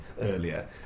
earlier